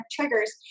triggers